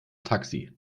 taxi